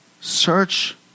Search